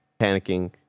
Panicking